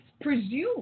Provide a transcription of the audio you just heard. presume